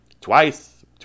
twice